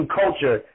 culture